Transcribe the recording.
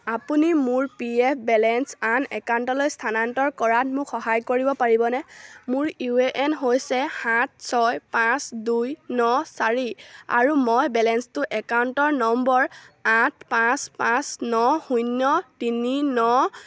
আপুনি মোৰ P F balance আন একাউণ্টলৈ স্থানান্তৰ কৰাত মোক সহায় কৰিব পাৰিবনে মোৰ ইউ এ এন হৈছে সাত ছয় পাঁচ দুই ন চাৰি আৰু মই বেলেন্সটো একাউণ্ট নম্বৰ আঠ পাঁচ পাঁচ ন শূন্য তিনি ন